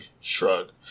shrug